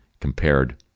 compared